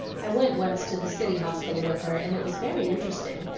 i went once to the city hospital with her, and it was very interesting,